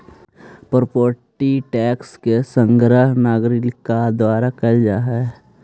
property tax के संग्रह नगरपालिका द्वारा कैल जा हई